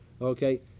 Okay